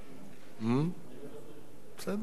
כבוד